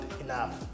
enough